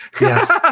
Yes